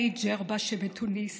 שמהאי ג'רבה בתוניס,